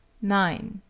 nine.